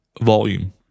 Volume